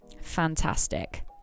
fantastic